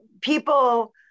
People